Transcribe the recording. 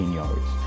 yards